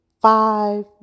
five